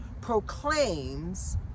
proclaims